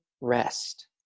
rest